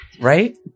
right